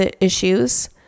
issues